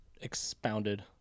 expounded